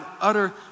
utter